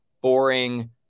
boring